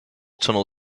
tunnel